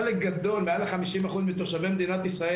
חלק גדול מעל 50% מאזרחי מדינת ישראל